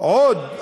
עוד,